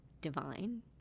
divine